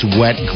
wet